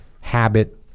habit